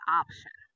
option